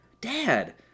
Dad